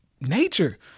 nature